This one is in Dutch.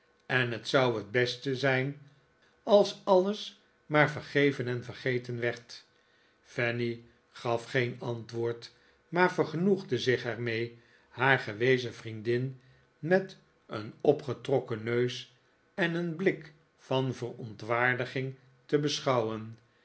en het zou t beste zijn als alles maar vergeven en vergeten werd fanny gaf geen antwoord maar vergenoegde zich er mee haar gewezen vriendin met een opgetrokken neus en een blik van verontwaardiging te beschouwen